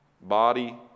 body